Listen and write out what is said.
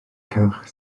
cylch